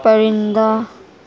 پرندہ